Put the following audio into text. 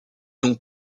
donc